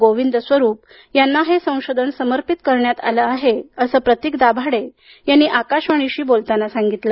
गोविंद स्वरूप यांना हे संशोधन समर्पित करण्यात आलं आहे असं प्रतिक दाभाडे यांनी आकाशवाणीशी बोलताना सांगितलं